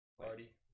Party